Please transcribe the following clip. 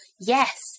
yes